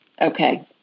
okay